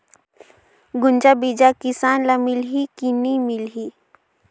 गुनजा बिजा किसान ल मिलही की नी मिलही?